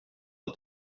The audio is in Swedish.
att